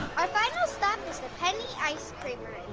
our final stop is the penny ice creamery.